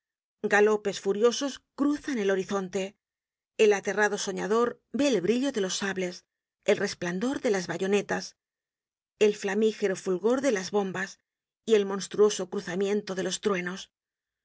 llanura galopes furiosos cruzan el horizonte el aterrado soñador ve el brillo de los sables el resplandor de las bayonetas el flamígero fulgor de las no se olvide que se trata de leguas francesas mucho mas cortas que las nuestras bombas y el monstruoso cruzamiento de los truenos